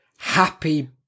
Happy